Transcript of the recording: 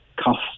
cost